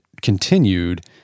continued